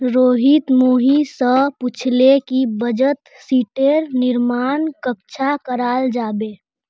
रोहित मोहित स पूछले कि बचत शीटेर निर्माण कन्ना कराल जाबे